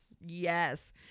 yes